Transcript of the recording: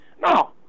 No